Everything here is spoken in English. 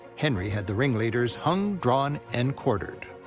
henry had the ringleaders hung, drawn, and quartered.